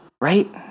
Right